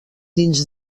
dins